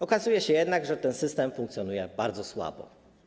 Okazuje się jednak, że ten system funkcjonuje bardzo słabo.